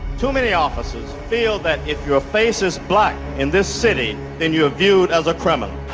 too many officers feel that if your face is black in this city, then you are viewed as a criminal.